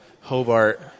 Hobart